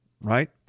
right